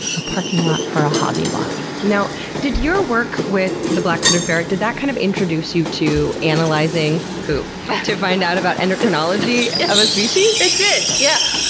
a parking lot for a hobby lobby. you know did your work with the black footed ferret, did that kind of introduce you to analyzing poop to find out about endocrinology of a species? it did, yeah.